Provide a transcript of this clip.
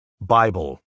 Bible